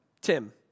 Tim